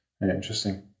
Interesting